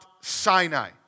Sinai